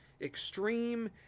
extreme